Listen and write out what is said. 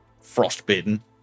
frostbitten